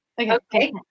Okay